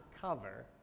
cover